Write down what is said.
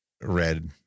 red